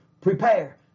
prepare